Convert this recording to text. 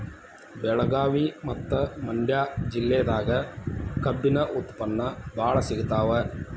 ಬೆಳಗಾವಿ ಮತ್ತ ಮಂಡ್ಯಾ ಜಿಲ್ಲೆದಾಗ ಕಬ್ಬಿನ ಉತ್ಪನ್ನ ಬಾಳ ಸಿಗತಾವ